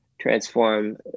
transform